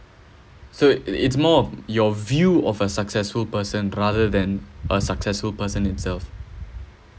so it it's more your view of a successful person rather than a successful person itself